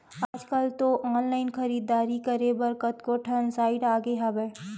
आजकल तो ऑनलाइन खरीदारी करे बर कतको ठन साइट आगे हवय